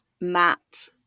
matt